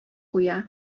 куя